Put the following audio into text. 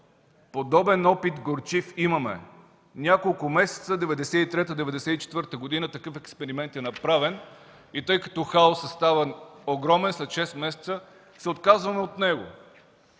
Подобен горчив опит имаме – няколко месеца, 1993-1994 г. такъв експеримент е направен и тъй като хаосът става огромен, след шест месеца се отказваме от него.